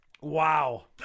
Wow